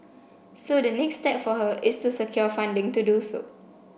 so the next step for her is to secure funding to do so